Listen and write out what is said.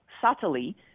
subtly